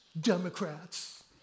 Democrats